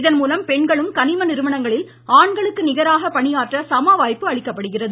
இதன்மூலம் பெண்களும் கனிம நிறுவனங்களில் ஆண்களுக்கு நிகராக பணியாற்ற சமவாய்ப்பு அளிக்கப்படுகிறது